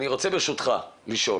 ברשותך אני רוצה לשאול.